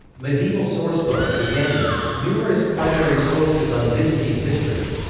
medieval sourcebook byzantium. numerous primary sources on byzantine history.